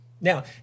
Now